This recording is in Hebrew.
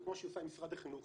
כמו שהיא עושה עם משרד החינוך,